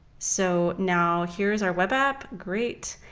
so now, here's our web app. great.